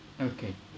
okay